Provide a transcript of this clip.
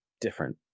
different